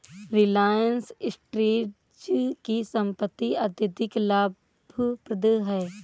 रिलायंस इंडस्ट्रीज की संपत्ति अत्यधिक लाभप्रद है